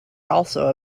also